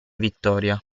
vittoria